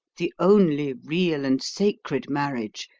the only real and sacred marriage,